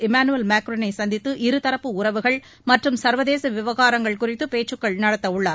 Emmanuel மேக்ராளை சந்தித்து இருதரப்பு உறவுகள் மற்றும் சர்வதேச விவகாரங்கள் குறித்து பேச்சுக்கள் நடத்தவுள்ளார்